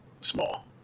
small